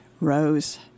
Rose